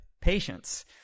patience